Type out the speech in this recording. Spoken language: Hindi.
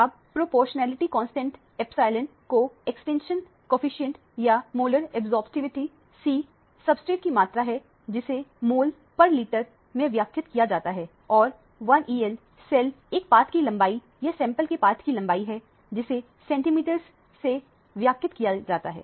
अब प्रोपोर्शनैलिटी कांस्टेंट एप्सिलॉन को एक्सटिंक्शन कॉएफिशिएंट या मोलर ऑब्जोरपटीवीटी c सब्सटेंस की कंसंट्रेशन मात्रा है जिसे मॉलस पर लीटर में व्यक्त किया जाता है और 1 सेल एक पथ की लंबाई या सैंपल के पथ की लंबाई है जिसे सेंटीमीटर से व्यक्त किया जाता है